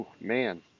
man